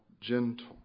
gentle